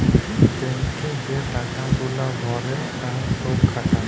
bank এ যে টাকা গুলা ভরে আর সব খাটায়